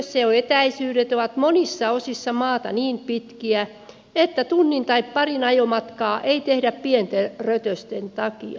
kenttätyössä jo etäisyydet ovat monissa osissa maata niin pitkiä että tunnin tai parin ajomatkaa ei tehdä pienten rötösten takia